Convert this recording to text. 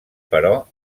però